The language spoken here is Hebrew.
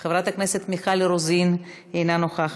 חברת הכנסת מיכל רוזין, אינה נוכחת,